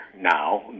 now